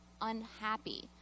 unhappy